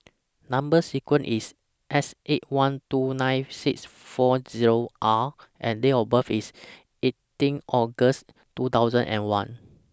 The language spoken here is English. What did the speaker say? Number sequence IS S eight one two nine six four Zero R and Date of birth IS eighteen August two thousand and one